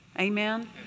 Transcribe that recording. Amen